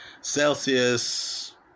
Celsius